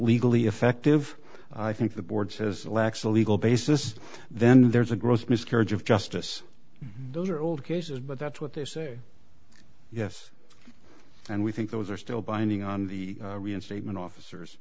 legally effective i think the board says it lacks a legal basis then there's a gross miscarriage of justice those are old cases but that's what they say yes and we think those are still binding on the reinstatement officers